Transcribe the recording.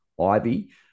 Ivy